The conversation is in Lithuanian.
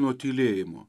nuo tylėjimo